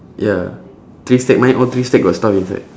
ya three stack mine all three stack got stuff inside